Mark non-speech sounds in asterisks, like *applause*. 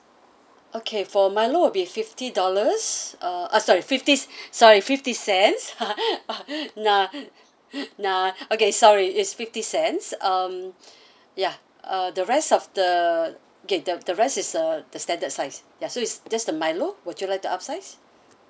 okay for milo will be fifty dollars uh ah sorry fifties *breath* sorry fifty cents *laughs* no *breath* no okay sorry it's fifty cents um *breath* ya uh the rest of the okay the the rest is a the standard size ya so it's just the milo would you like to upsize